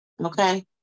okay